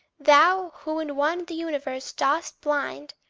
thou who in one the universe dost bind,